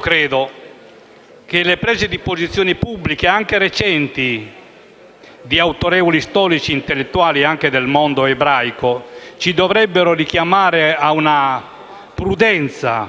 Credo che le prese di posizione pubbliche, anche recenti, di autorevoli storici e intellettuali, anche del mondo ebraico, ci dovrebbero richiamare a una prudenza e